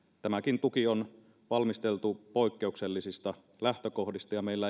tämäkin tuki on valmisteltu poikkeuksellisista lähtökohdista ja meillä